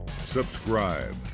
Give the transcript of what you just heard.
subscribe